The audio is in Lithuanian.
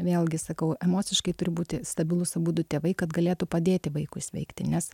vėlgi sakau emociškai turi būti stabilūs abudu tėvai kad galėtų padėti vaikui sveikti nes